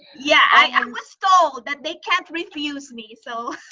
yeah, i was told that they can't refuse me, so.